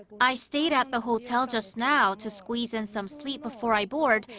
i stayed at the hotel just now to squeeze in some sleep before i board,